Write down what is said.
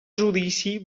judici